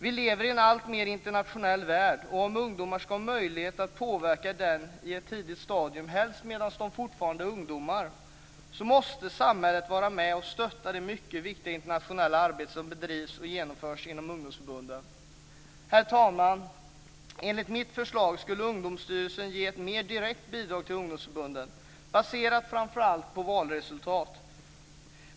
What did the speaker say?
Vi lever i en alltmer internationaliserad värld. Om ungdomar ska ha möjlighet att påverka den på ett tidigt stadium, helst medan de fortfarande är ungdomar, måste samhället vara med och stötta det mycket viktiga internationella arbete som bedrivs och genomförs inom ungdomsförbunden. Herr talman! Enligt mitt förslag skulle Ungdomsstyrelsen ge ett mer direkt bidrag till ungdomsförbunden baserat på framför allt valresultat.